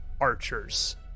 archers